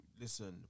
listen